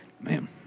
Man